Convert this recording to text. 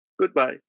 Goodbye